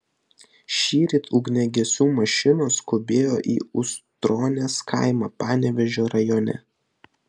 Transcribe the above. šįryt ugniagesių mašinos skubėjo į ustronės kaimą panevėžio rajone